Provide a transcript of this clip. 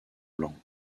blancs